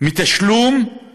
מתשלום על